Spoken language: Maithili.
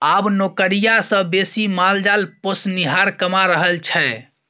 आब नौकरिया सँ बेसी माल जाल पोसनिहार कमा रहल छै